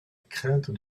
crainte